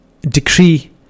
decree